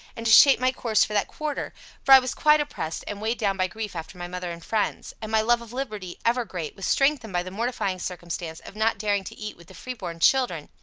and to shape my course for that quarter for i was quite oppressed and weighed down by grief after my mother and friends and my love of liberty, ever great, was strengthened by the mortifying circumstance of not daring to eat with the free-born children,